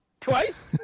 twice